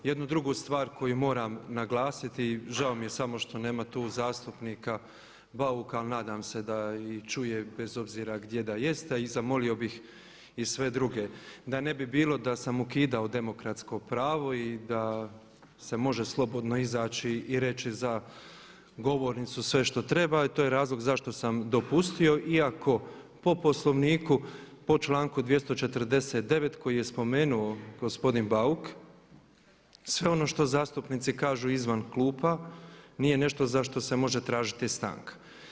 Jednu drugu stvar moram naglasiti, žao mi je samo što nema tu zastupnika Bauka ali nadam se da čuje bez obzira gdje da jeste, a zamolio bih i sve druge, da ne bi bilo da sam ukidao demokratsko pravo i da se može slobodno izaći i reći za govornicom sve što treba to je razlog zašto sam dopustio iako po Poslovniku po članku 249. koji je spomenuo gospodin Bauk sve ono što zastupnici kažu izvan klupa nije nešto za što se može tražiti stanka.